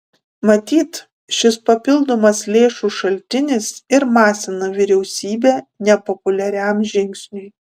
matyt šis papildomas lėšų šaltinis ir masina vyriausybę nepopuliariam žingsniui